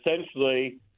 essentially